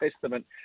testament